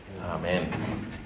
Amen